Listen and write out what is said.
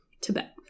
Tibet